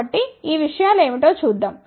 కాబట్టి ఈ విషయాలు ఏమిటో చూద్దాం